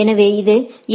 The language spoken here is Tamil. எனவே இது ஏ